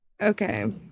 Okay